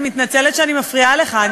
אני מתנצלת שאני מפריעה לך.